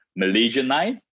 Malaysianized